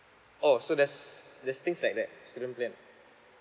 oh so there's there's things like that student plan